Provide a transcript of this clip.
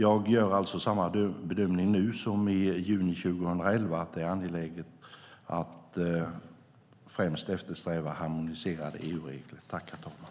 Jag gör alltså samma bedömning nu som i juni 2011 att det är angeläget att främst eftersträva harmoniserade EU-regler.